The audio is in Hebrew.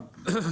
כן.